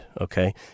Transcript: okay